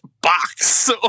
box